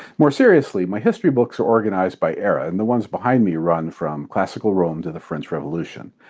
more seriously, my history books are organized by era and the ones behind me run from classical rome to the french revolution.